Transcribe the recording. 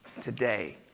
today